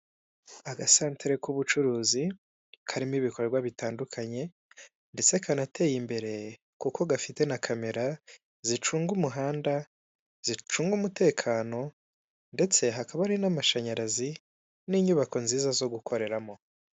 Imodoka yo mu bwoko bwa dayihastu itwaye imizigo ikaba iri mu muhanda hirya yayo mu kuboko kw'iburyo hari abanyamaguru muri abo banyamaguru harimo umusore wambaye umupira utukura ndetse n'ipantaro y'umukara mu muhanda kandi harimo ibindi binyabiziga nk'amapikipiki, amagare ndetse n'andi mamodoka.